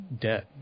debt